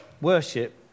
Worship